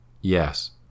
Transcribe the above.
yes